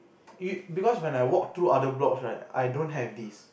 you because when I walk through other blocks right I don't have this